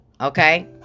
okay